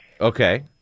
okay